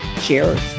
Cheers